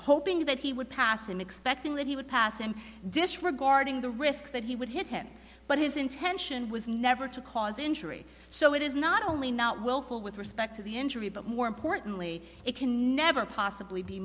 hoping that he would pass him expecting that he would pass him disregarding the risk that he would hit him but his intention was never to cause injury so it is not only not willful with respect to the injury but more importantly it can never possibly be